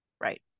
right